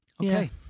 okay